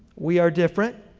we are different.